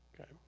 Okay